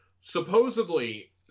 Supposedly